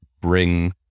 bring